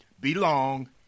belong